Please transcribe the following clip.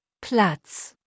Platz